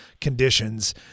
conditions